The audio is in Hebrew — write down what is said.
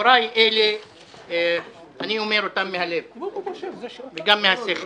דבריי אלה אני אומר אותם מהלב וגם מהשכל.